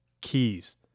Keys